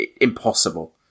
impossible